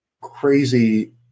crazy